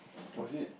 was it